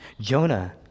Jonah